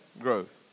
growth